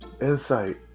insight